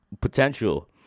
potential